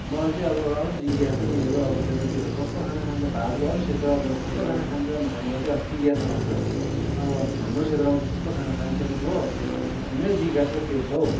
मलाई चाहिँ अब अरू जिज्ञासा नि मेरो अब त्यतातिर कस्तो खाना खान्छ भारतको अरू क्षेत्रहरूमा कस्तो खाना खान्छ भनेर मलाई चाहिँ जिज्ञासा लाग्छ अब हाम्रो क्षेत्रमा त त्यस्तो खाना खान्छन् हो अनि मेरो जिज्ञासा त्यो छ हौ